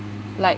like